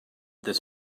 this